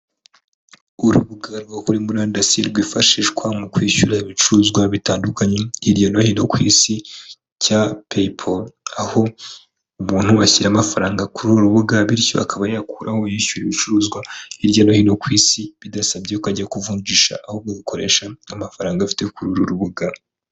Urubuga rwo kuri murandasi rwifashishwa mu kwishyura ibicuruzwa bitandukanye hirya no hino ku isi, cya Paypal. Aho umuntu ashyira amafaranga kuri uru rubuga, bityo akaba yayakuraho yishyura ibicuruzwa hirya no hino ku isi, bidasabye yuko ajya kuvungishasha ahubwo agakoresha amafaranga afite kuri uru rubuga.